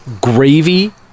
gravy